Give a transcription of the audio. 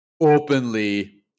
openly